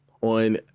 on